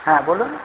হ্যাঁ বলুন